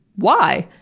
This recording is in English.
why?